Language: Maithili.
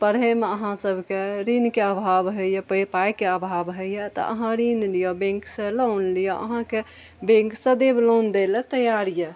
पढ़ैमे अहाँ सबके ऋणके अभाब होइया पाइके अभाब होइया तऽ अहाँ ऋण लिअ बैंक सऽ लोन लिअ अहाँके बैंक सदैब लोन दैलए तैयार अछि